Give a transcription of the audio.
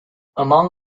among